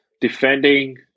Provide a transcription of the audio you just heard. Defending